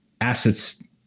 assets